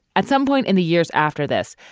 at some point in the years after this.